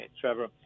Trevor